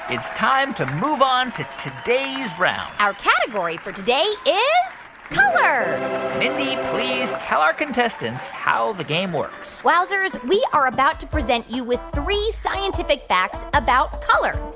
it's time to move on to today's round our category for today is color mindy, please tell our contestants how the game works wowzers, we are about to present you with three scientific facts about color.